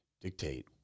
dictate